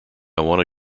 wanna